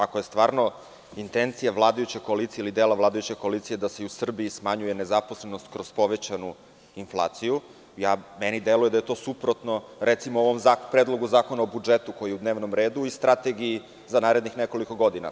Ako je stvarno intencija vladajuće koalicije, ili dela vladajuće koalicije da se i u Srbiji smanjuje nezaposlenost kroz povećanu inflaciju, meni deluje da je to suprotno ovom predlogu Zakona o budžetu koji je u dnevnom redu i strategiji za narednih nekoliko godina.